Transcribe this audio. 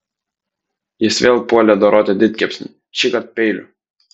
jis vėl puolė doroti didkepsnį šįkart peiliu